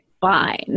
fine